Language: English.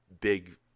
big